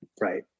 right